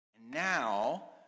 Now